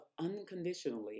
unconditionally